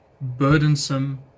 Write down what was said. burdensome